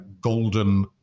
golden